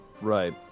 Right